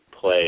play